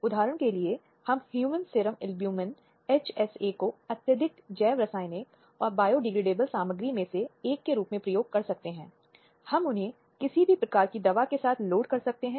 अब आज हम चर्चा करने की कोशिश करेंगे विशेष रूप से बलात्कार के अपराध और अपराधों के कुछ अन्य क्रिया रूपों जिन्हें 2013 में देश के आपराधिक कानून में नवीनतम संशोधन द्वारा शामिल किया गया है